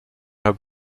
her